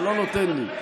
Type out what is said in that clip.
אתה לא נותן לי.